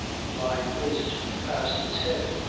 the line whizzed past his head,